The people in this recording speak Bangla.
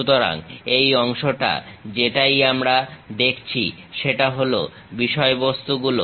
সুতরাং এই অংশটা যেটাই আমরা দেখছি সেটা হলো বিষয়বস্তু গুলো